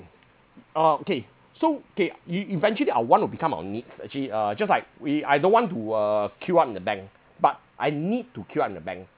uh okay so K ev~ eventually our want will become our needs actually uh just like we I don't want to uh queue up in the bank but I need to queue up in the bank